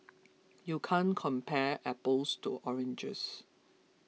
you can't compare apples to oranges